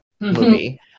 movie